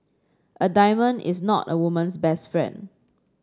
a diamond is not a woman's best friend